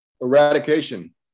Eradication